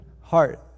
heart